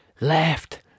Left